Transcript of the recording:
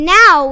now